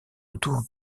autour